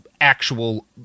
actual